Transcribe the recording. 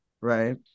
right